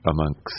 amongst